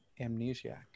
amnesiac